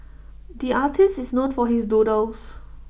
the artist is known for his doodles